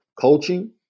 coaching